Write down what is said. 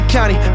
County